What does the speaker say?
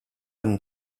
and